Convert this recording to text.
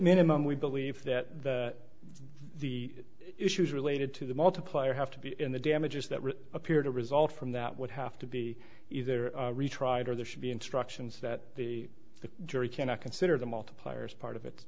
minimum we believe that the issues related to the multiplier have to be in the damages that appear to result from that would have to be either retried or there should be instructions that the the jury cannot consider the multipliers part of it